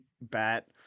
bat